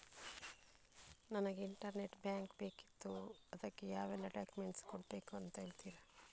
ನನಗೆ internet bank ಬೇಕಿತ್ತು ಅದಕ್ಕೆ ಯಾವೆಲ್ಲಾ ಡಾಕ್ಯುಮೆಂಟ್ಸ್ ಕೊಡ್ಬೇಕು ಅಂತ ಹೇಳ್ತಿರಾ?